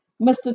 Mr